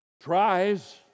tries